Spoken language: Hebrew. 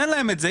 תן להם את זה.